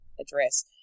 address